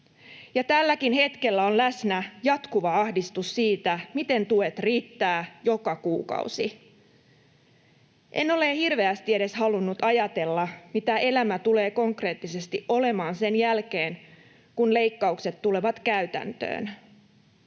tälläkin hetkellä on läsnä jatkuva ahdistus siitä, miten tuet riittää joka kuukausi. En ole hirveästi edes halunnut ajatella, mitä elämä tulee konkreettisesti olemaan sen jälkeen, kun leikkaukset tulevat käytäntöön.